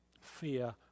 fear